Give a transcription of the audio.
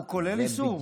הוא כולל איסור.